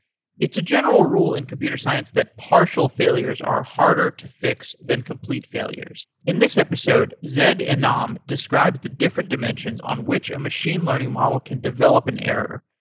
it's a general rule in computer science that partial failures are harder to fix than complete failures. in this episode, zayd enam um describes the different dimensions on which a machine learning model can develop an error.